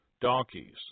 donkeys